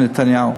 עם נתניהו.